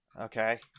Okay